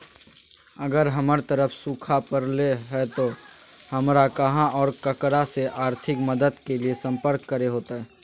अगर हमर तरफ सुखा परले है तो, हमरा कहा और ककरा से आर्थिक मदद के लिए सम्पर्क करे होतय?